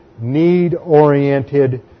need-oriented